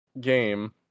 game